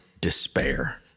despair